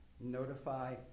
notify